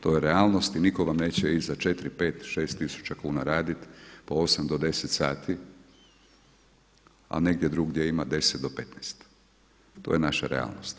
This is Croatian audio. To je realnost i nitko vam neće iza 4, 5, 6 tisuća kuna raditi po 8 do 10 sati a negdje drugdje ima 10 do 15, to je naša realnost.